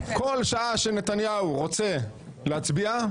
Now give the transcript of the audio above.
כל שעה שנתניהו רוצה להצביע,